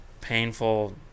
painful